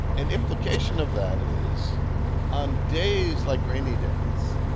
an implication of that is on days, like rainy days,